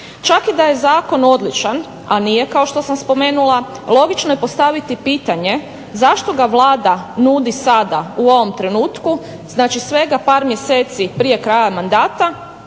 Čak i da je zakon odličan, a nije kao što sam spomenula logično je postaviti pitanje, zašto ga Vlada nudi sada u ovom trenutku znači svega par mjeseci prije kraja mandata